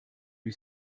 lui